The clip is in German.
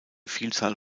vielzahl